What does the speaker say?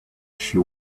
she